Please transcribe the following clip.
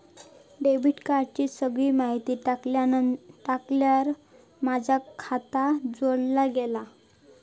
debit कार्डाची सगळी माहिती टाकल्यार माझा खाता जोडला गेला